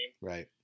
Right